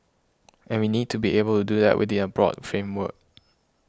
and we need to be able to do that within a broad framework